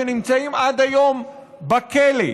שנמצאים עד היום בכלא,